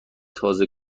تازه